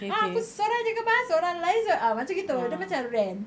ah aku seorang jer kemas orang lain ah macam gitu dia macam rant